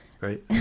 Right